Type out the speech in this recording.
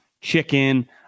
Chicken